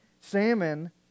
salmon